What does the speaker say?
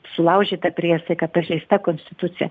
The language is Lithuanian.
sulaužyta priesaika pažeista konstitucija